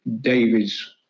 David's